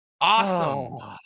Awesome